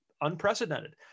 unprecedented